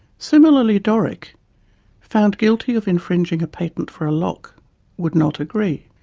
similarly doric found guilty of infringing a patent for a lock would not agree.